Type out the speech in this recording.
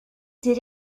did